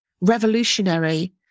revolutionary